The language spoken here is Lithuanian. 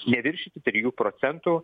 neviršyti trijų procentų